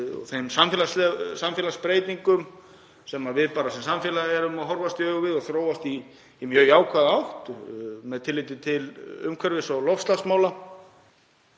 og þeim samfélagsbreytingum sem við sem samfélag erum að horfast í augu við og erum að þróast í mjög jákvæða átt með tilliti til umhverfis- og loftslagsmála.